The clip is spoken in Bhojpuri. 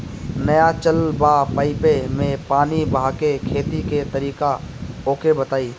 नया चलल बा पाईपे मै पानी बहाके खेती के तरीका ओके बताई?